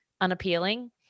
unappealing